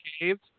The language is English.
caves